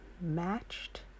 matched